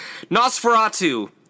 Nosferatu